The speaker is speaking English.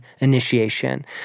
initiation